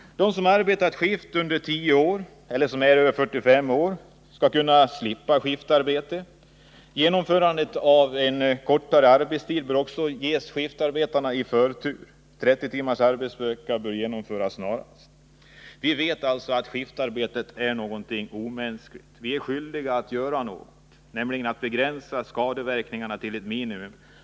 De som har arbetat skift under 10 år eller som är över 45 år skall kunna slippa skiftarbete. Vid genomförandet av en kortare arbetstid bör skiftarbetarna ha förtur. 30 timmars arbetsvecka bör genomföras snarast. Vi vet alltså att skiftarbetet är någonting omänskligt. Vi är skyldiga att göra någonting, nämligen begränsa skadeverkningarna till ett minimum.